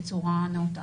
בצורה נאותה.